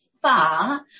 far